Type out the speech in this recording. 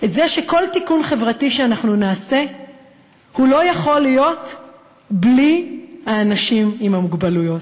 זה שכל תיקון חברתי שנעשה לא יכול להיות בלי האנשים עם המוגבלויות.